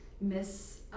miss